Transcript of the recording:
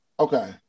Okay